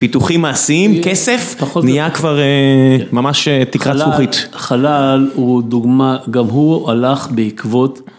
פיתוחים מעשיים, כסף נהיה כבר ממש תקרת זכוכית, חלל הוא דוגמה גם הוא הלך בעקבות